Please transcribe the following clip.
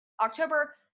October